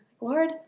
Lord